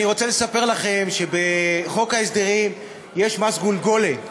אני רוצה לספר לכם שבחוק ההסדרים יש מס גולגולת.